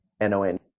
N-O-N